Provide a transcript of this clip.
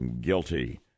guilty